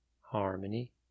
Harmony